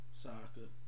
soccer